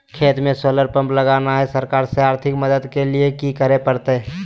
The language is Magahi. खेत में सोलर पंप लगाना है, सरकार से आर्थिक मदद के लिए की करे परतय?